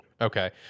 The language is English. Okay